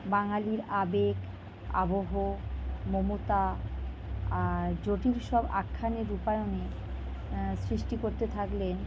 বাঙালির আবেগ আবহ মমতা আর জটিল সব আখ্যানের রূপায়ণে সৃষ্টি করতে থাকলেন